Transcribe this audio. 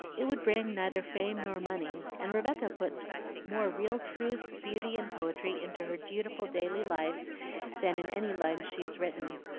it would bring neither fame nor money, and rebecca puts more real truth, beauty, and poetry into her dutiful daily life than in any lines she has written.